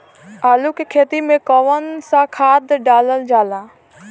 आलू के खेती में कवन सा खाद डालल जाला?